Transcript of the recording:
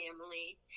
family